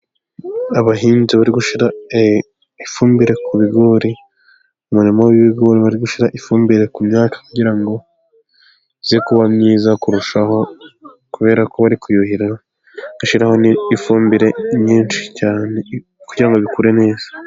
Abahinzi bari gushyira ifumbire ku bigori. Umurima w'ibigori bari gushyira ifumbire ku myaka kugira ngo, ize kuba myiza kurushaho, kubera ko bari kuyuhira bashiraho n'ifumbire nyinshi cyane, kugira ngo bikure neza.